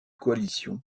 coalition